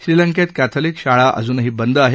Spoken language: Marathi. श्रीलंकेत कॅथलिक शाळा अजूनही बंद आहेत